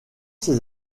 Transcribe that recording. ces